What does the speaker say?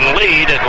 lead